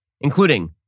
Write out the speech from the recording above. including